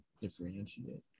differentiate